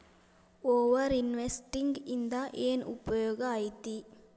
over investing ಇಂದ ಏನ್ ಉಪಯೋಗ ಐತಿ